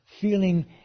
feeling